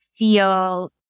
Feel